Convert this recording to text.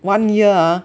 one year ah